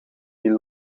die